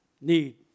need